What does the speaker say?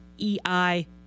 EI